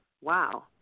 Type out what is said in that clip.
wow